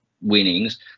winnings